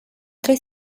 tre